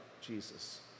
Jesus